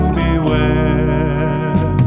beware